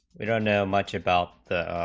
you know much about the